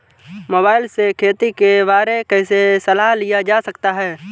Mobile से खेती के बारे कैसे सलाह लिया जा सकता है?